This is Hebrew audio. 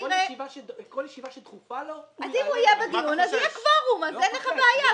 אם הוא יהיה בדיון, יהיה קוורום ואין לך בעיה.